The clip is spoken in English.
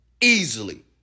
easily